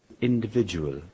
individual